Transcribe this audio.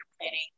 planning